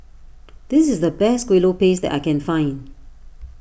this is the best Kuih Lopes I can find